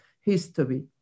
history